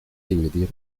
dividir